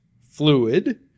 fluid